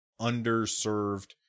underserved